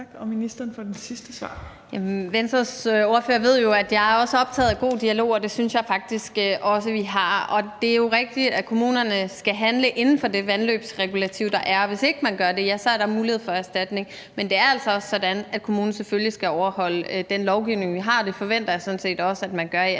Venstres ordfører ved jo, at jeg også er optaget af en god dialog, og det synes jeg faktisk også at vi har. Det er jo rigtigt, at kommunerne skal handle inden for det vandløbsregulativ, der er, og hvis man ikke gør det, er der mulighed for erstatning. Men det er altså også sådan, at kommunen selvfølgelig skal overholde den lovgivning, vi har. Det forventer jeg sådan set også at